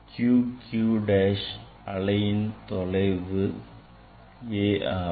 QQ dash அலையின் தொலைவும் a ஆகும்